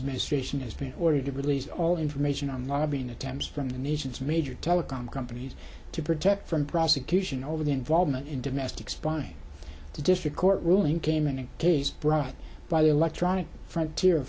administration has been ordered to release all information on lobbying attempts from the nation's major telecom companies to protect from prosecution over the involvement in domestic spying to district court ruling came in a case brought by the electronic frontier